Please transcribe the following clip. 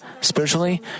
Spiritually